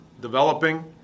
developing